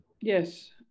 Yes